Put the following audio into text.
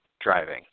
driving